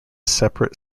separate